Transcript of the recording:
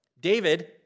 David